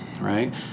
right